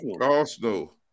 Arsenal